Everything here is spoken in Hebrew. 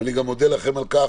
ואני מודה לכם על כך,